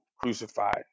crucified